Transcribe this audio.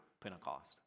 Pentecost